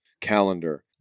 calendar